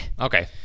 Okay